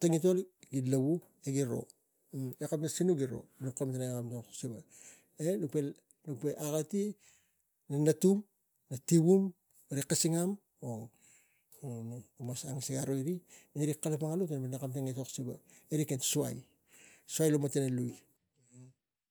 tangitol gara lavu e garo e kami sinuk giro tan tari kana tang etok siva nuk pe alkaliti na natuk, tivum, kasngam mas sang ro ri aro erik kalapang ro ani etok siva e suai, suai lo matana lui.